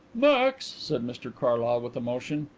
max, said mr carlyle, with emotion,